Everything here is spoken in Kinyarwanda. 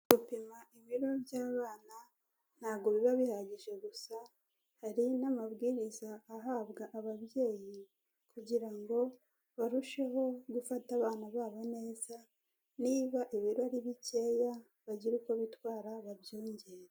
Gupima ibiro by'abana ntabwo biba bihagije gusa, hari n'amabwiriza ahabwa ababyeyi kugira ngo barusheho gufata abana babo neza, ni ba ibiro ari bikeya bagire uko bitwara babyongere.